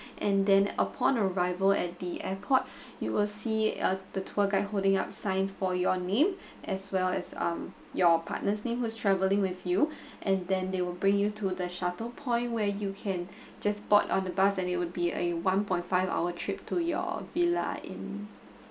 and then upon arrival at the airport you will see uh the tour guide holding up signs for your name as well as um your partner's name who's travelling with you and then they will bring you to the shuttle point where you can just spot on the bus then it would be a one point five hour trip to your villa in